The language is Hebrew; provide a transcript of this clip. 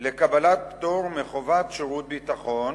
לקבלת פטור מחובת שירות ביטחון,